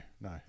No